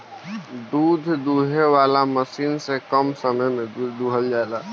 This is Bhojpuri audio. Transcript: दूध दूहे वाला मशीन से कम समय में दूध दुहा जाला